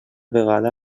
vegada